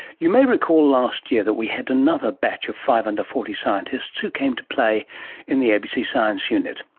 you may recall last year that we had another batch of five under forty scientists who came to play in the abc science unit.